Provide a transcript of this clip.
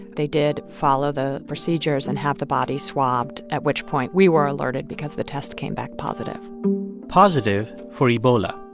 they did follow the procedures and have the bodies swabbed, at which point we were alerted because the test came back positive positive for ebola.